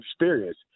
experience